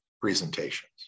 presentations